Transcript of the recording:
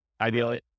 Ideally